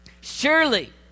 Surely